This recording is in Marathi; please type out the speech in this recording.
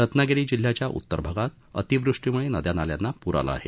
रत्नागिरी जिल्ह्याच्या उत्तर भागात अतिवृष्टीमुळे नदया नाल्यांना पूर आला आहे